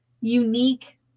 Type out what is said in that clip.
unique